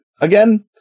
again –